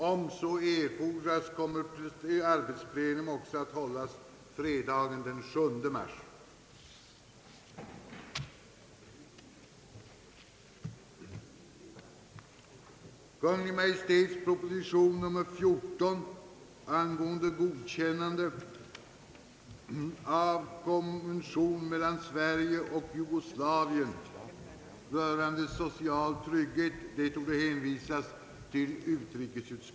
Om så erfordras kommer arbetsplenum också att hållas fredagen den 7 mars.